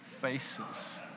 faces